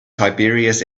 tiberius